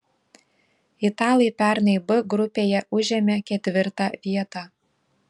italai pernai b grupėje užėmė ketvirtą vietą